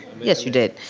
yes you need it,